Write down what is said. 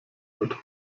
wird